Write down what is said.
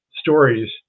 stories